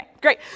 great